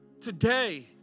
today